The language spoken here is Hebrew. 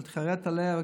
ולהתחרט עליה כפליים.